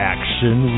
Action